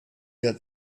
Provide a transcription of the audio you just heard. had